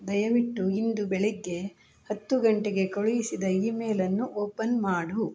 ದಯವಿಟ್ಟು ಇಂದು ಬೆಳಗ್ಗೆ ಹತ್ತು ಗಂಟೆಗೆ ಕಳುಹಿಸಿದ ಇಮೇಲನ್ನು ಓಪನ್ ಮಾಡು